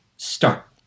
start